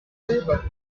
pleureur